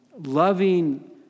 loving